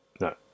No